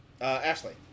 Ashley